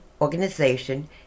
organization